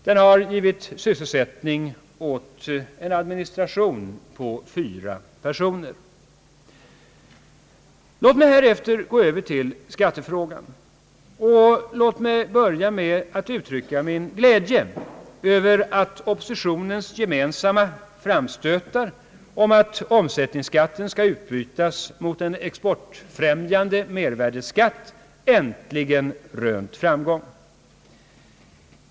Den har endast givit sysselsättning åt en administration på fyra personer. Låt mig härefter gå över till skattefrågan och börja med att uttrycka min glädje över att oppositionens gemensamma framstötar om att omsättningsskatten skall utbytas mot en exportfrämjande mervärdeskatt äntligen rönt framgång.